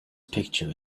picture